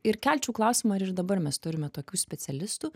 ir kelčiau klausimą ar ir dabar mes turime tokių specialistų